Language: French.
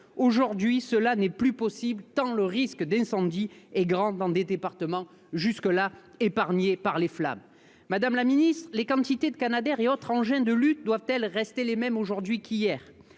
Aujourd'hui, cela n'est plus possible, tant le risque d'incendie est grand, y compris dans des départements jusque-là épargnés par les flammes. Madame la secrétaire d'État, la quantité de Canadair et d'autres engins de lutte doit-elle rester la même aujourd'hui qu'hier ?